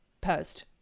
post